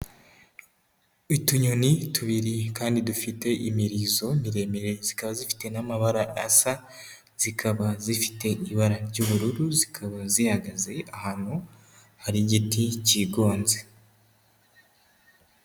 Utunyoni tubiri kandi dufite imirizo miremire, zikaba zifite n'amabara asa, zikaba zifite ibara ry'ubururu, zikaba zihagaze ahantu hari igiti cyigonze.